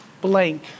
blank